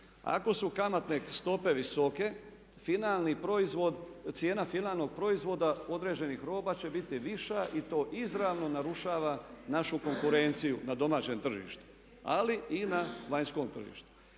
Ako su kamatne stope visoke finalni proizvod, cijena finalnog proizvoda određenih roba će biti viša i to izravno narušava našu konkurenciju na domaćem tržištu ali i na vanjskom tržištu.